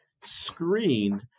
screen